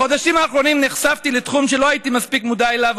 בחודשים האחרונים נחשפתי לתחום שלא הייתי מספיק מודע אליו,